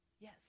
yes